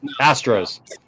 Astros